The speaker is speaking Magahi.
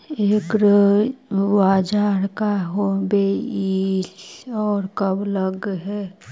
एग्रीबाजार का होब हइ और कब लग है?